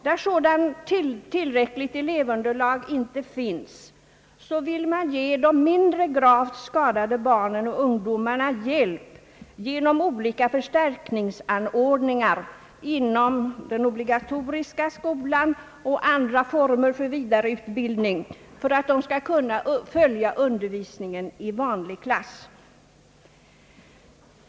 Där sådant tillräckligt elevunderlag inte finns, vill man ge de mindre gravt skadade barnen och ungdomarna hjälp genom förstärkningsanordningar inom den obligatoriska skolan och andra former för vidareutbildning för att de skall kunna följa undervisningen i vanlig klass.